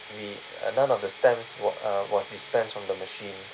we none of the stamps w~ uh was dispensed from the machine